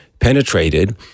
penetrated